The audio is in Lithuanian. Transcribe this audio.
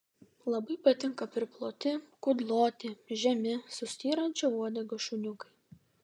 labai patinka priploti kudloti žemi su styrančia uodega šuniukai